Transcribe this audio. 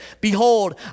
Behold